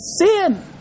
sin